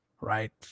right